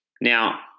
Now